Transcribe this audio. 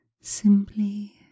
simply